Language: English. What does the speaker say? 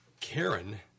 Karen